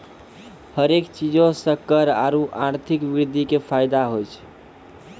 हरेक चीजो से कर आरु आर्थिक वृद्धि के फायदो होय छै